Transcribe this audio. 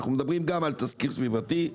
אנחנו מדברים גם על תסקיר סביבתי,